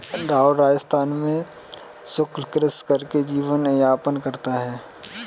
राहुल राजस्थान में शुष्क कृषि करके जीवन यापन करता है